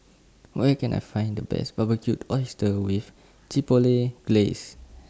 Where Can I Find The Best Barbecued Oysters with Chipotle Glaze